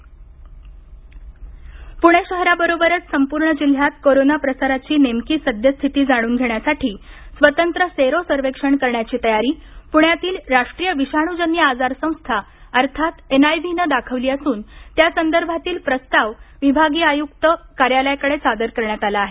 sero सर्वेक्षण पणे पूणे शहराबरोबरच संपूर्ण जिल्ह्यात कोरोना प्रसाराची नेमकी सद्यस्थिती जाणून घेण्यासाठी स्वतंत्र सेरो सर्वेक्षण करण्याची तयारी पूण्यातील राष्ट्रीय विषाणूजन्य आजार संस्था अर्थात एन आय व्ही नं दाखवली असून त्यासंदर्भातील प्रस्ताव विभागीय आयुक्त कार्यालयाकडे सादर करण्यात आला आहे